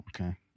okay